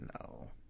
No